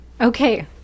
okay